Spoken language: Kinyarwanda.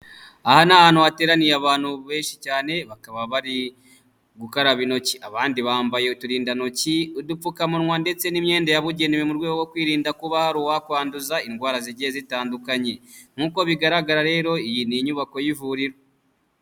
Aha ni ahantu hateraniye abantu benshi cyane, bakaba bari gukaraba intoki, abandi bambaye uturindantoki, udupfukamunwa ndetse n'imyenda yabugenewe mu rwego rwo kwirinda kuba hari uwakwanduza indwara zigiye zitandukanye, nk'uko bigaragara rero iyi ni inyubako y'ivuriro.